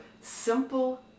simple